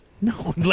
No